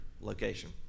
location